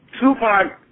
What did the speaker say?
Tupac